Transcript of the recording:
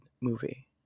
movie